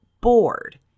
bored